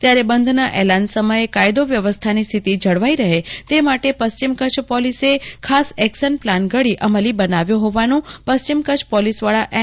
ત્યારે બંધના એલાન સમયે કાયદો વ્યવસ્થાની સ્થિતી જળવાઇ રહે તે માટે પશ્વીમ કચ્છ પોલીસે ખાસ એકશન પ્લાન ઘડી અમલી બનાવ્યો હોવાનું પશ્ચીમ કચ્છ પોલીસવડા એમ